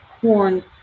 corn